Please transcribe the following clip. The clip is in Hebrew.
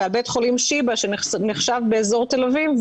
ובית ה חולים שיבא שנחשב באזור תל אביב,